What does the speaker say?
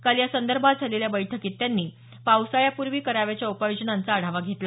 काल यासंदर्भात झालेल्या बैठकीत त्यांनी पावसाळ्यापूर्वी करावयाच्या उपाययोजनांचा आढावा घेतला